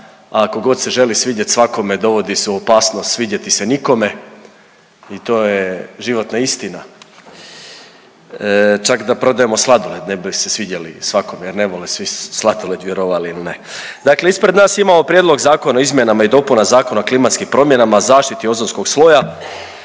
ko god se želi svidjet svakome dovodi se u opasnost svidjeti se nikome i to je životna istina, čak da prodajemo sladoled ne bi se svidjeli svakome jer ne vole svi sladoled vjerovali ili ne. Dakle, ispred nas imamo Prijedlog zakona o izmjenama i dopunama Zakona o klimatskim promjenama i zaštiti ozonskog sloja.